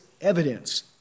evidence